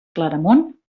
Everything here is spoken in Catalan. claramunt